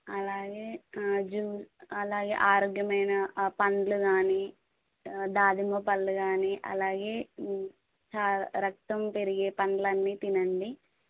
అలాగే రోజు అలాగే ఆరోగ్యమైన పళ్ళు కానీ దానిమ్మ పళ్ళు కానీ అలాగే చా రక్తం పెరిగే పళ్ళు అన్నీ తినండి